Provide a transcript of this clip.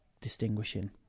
distinguishing